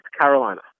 Carolina